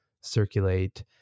circulate